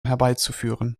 herbeizuführen